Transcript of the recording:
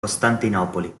costantinopoli